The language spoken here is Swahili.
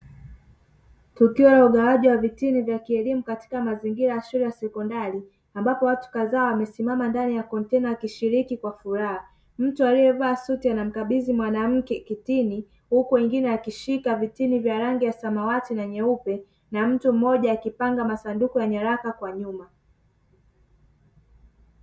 Tukio la ugawaji wa vitini vya kielimu katika mazingira ya shule ya sekondari , ambapo watu kadhaa wamesimama ndani ya kontena wakishiriki kwa furaha mtu aliyevaa suti anamkabidhi mwanamke kitini, huku mwingine akishika vitini vya rangi ya samawati na nyeupe na mtu mmoja akipanga masanduku ya nyaraka kwa nyuma.